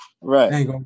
Right